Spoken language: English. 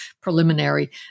preliminary